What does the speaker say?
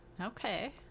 Okay